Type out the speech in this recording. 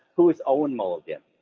who is owen mulligan,